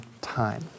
time